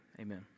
amen